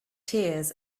tears